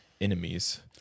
enemies